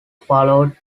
followed